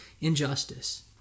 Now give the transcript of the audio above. injustice